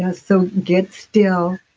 yeah so, get still,